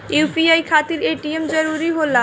UPI खातिर ATM जरूरी होला?